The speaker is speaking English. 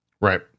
Right